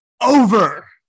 over